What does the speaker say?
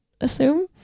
assume